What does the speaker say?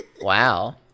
Wow